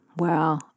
Wow